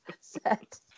set